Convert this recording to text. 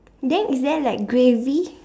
then is there like gravy